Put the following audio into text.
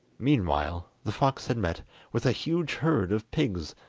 meanwhile the fox had met with a huge herd of pigs,